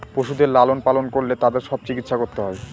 পশুদের লালন পালন করলে তাদের সব চিকিৎসা করতে হয়